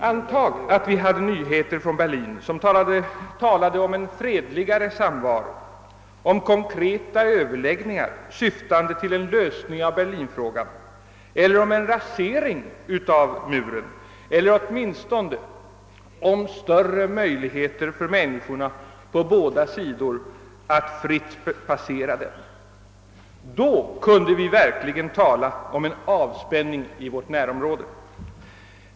Antag att vi hade fått nyheter från Berlin som talade om en fredlig samvaro, om konkreta överläggningar syftande till en lösning av berlinfrågan eller om en rasering av muren eller åtminstone om större möjligheter för människorna på båda sidor om muren att fritt passera den. Då kunde vi verkligen tala om en avspänning i vårt närområde.